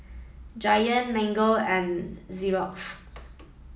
Giant Mango and Zorex